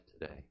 today